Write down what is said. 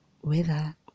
whether